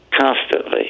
constantly